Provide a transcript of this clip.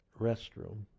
restroom